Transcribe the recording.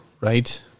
right